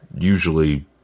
usually